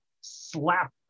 slap